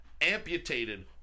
amputated